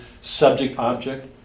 subject-object